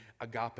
agape